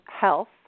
health